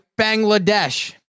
Bangladesh